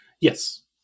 Yes